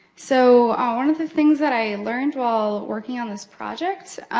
so, one of the things that i learned while working on this project,